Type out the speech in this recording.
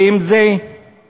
ואם הוא ביטחוני,